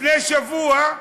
לפני שבוע,